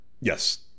Yes